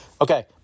Okay